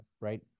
right